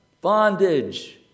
bondage